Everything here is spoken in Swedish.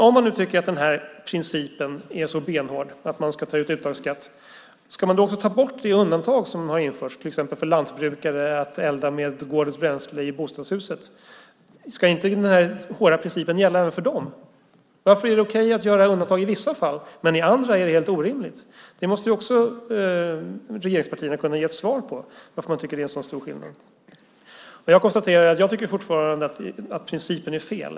Om man håller benhårt i principen om uttagsskatt, ska man då ta bort de undantag som har införts, till exempel att lantbrukare får elda med gårdens bränsle i bostadshuset? Ska inte denna hårda princip gälla även för dem? Varför är det okej att göra undantag i vissa fall men orimligt i andra? Regeringspartierna måste kunna svara på varför man tycker att det är så stor skillnad. Jag tycker fortfarande att principen är fel.